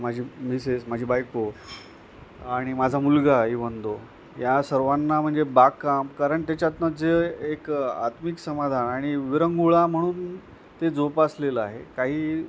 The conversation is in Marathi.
माझी मिसेस माझी बायको आणि माझा मुलगा इवं दो या सर्वांना म्हणजे बागकाम कारण त्याच्यातून जे एक आत्मिक समाधान आणि विरंगूळा म्हणून ते जोपासलेलं आहे काही